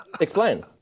Explain